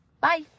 Bye